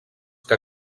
que